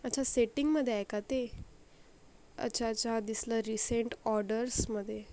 अच्छा सेटिंगमध्ये आहे का ते अच्छा अच्छा दिसलं रिसेंट ऑर्डर्समध्ये